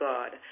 God